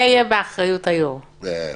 זה יהיה באחריות היושב-ראש.